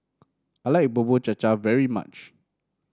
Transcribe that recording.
I like Bubur Cha Cha very much